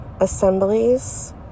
assemblies